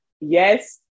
Yes